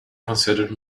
considered